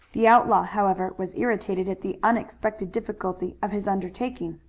the outlaw, however, was irritated at the unexpected difficulty of his undertaking.